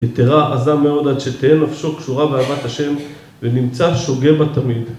יתרה עזה מאוד עד שתהן נפשו קשורה ואהבת ה' ונמצא שוגה בתמיד.